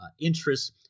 interests